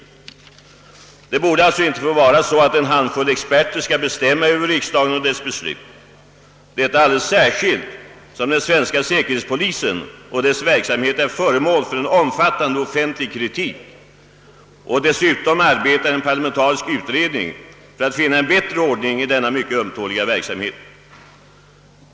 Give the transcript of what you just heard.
Det borde inte få vara så, att en handfull experter bestämmer Över riksdagen och dess beslut, alldeles särskilt som den svenska säkerhetspolisen och dess verksamhet är föremål för en omfattande offentlig kritik och då dessutom en parlamentarisk utredning arbetar för att finna en bättre ordning i denna mycket ömtåliga verksamhet.